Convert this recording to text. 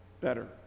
better